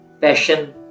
passion